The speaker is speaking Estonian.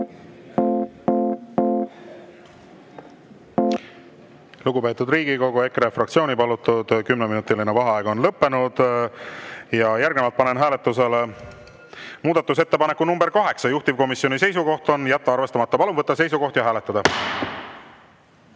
Lugupeetud Riigikogu! EKRE fraktsiooni palutud kümneminutiline vaheaeg on lõppenud. Järgnevalt panen hääletusele muudatusettepaneku nr 8, juhtivkomisjoni seisukoht on jätta arvestamata. Palun võtta seisukoht ja hääletada!